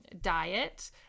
diet